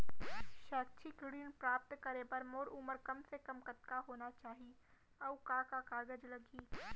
शैक्षिक ऋण प्राप्त करे बर मोर उमर कम से कम कतका होना चाहि, अऊ का का कागज लागही?